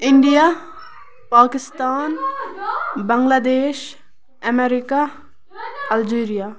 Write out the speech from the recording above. India Pakistan Bangladesh America Algeria